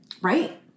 Right